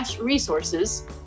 resources